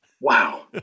Wow